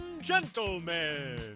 gentlemen